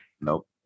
Nope